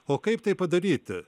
o kaip tai padaryti